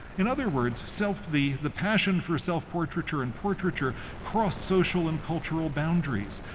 in other words, so the the passion for self-portraiture and portraiture crossed social and cultural boundaries.